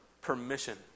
permission